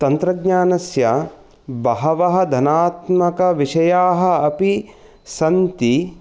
तन्त्रज्ञानस्य बहवः धनात्मकविषया अपि सन्ति